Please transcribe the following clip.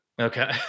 Okay